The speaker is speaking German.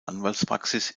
anwaltspraxis